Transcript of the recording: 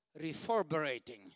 reverberating